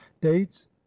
dates